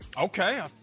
Okay